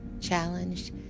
challenged